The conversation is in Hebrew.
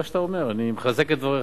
מה שאתה אומר, אני מחזק את דבריך.